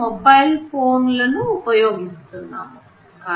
mobile phone లు ఉపయోగిస్తున్నాము